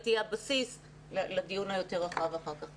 תהיה הבסיס לדיון היותר רחב שנקיים אחר כך.